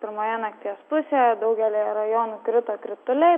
pirmoje nakties pusėje daugelyje rajonų krito krituliai